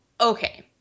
okay